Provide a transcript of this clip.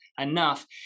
enough